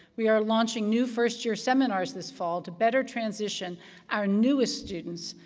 we are launching new first-year seminars this fall to better transition our newest students,